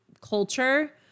culture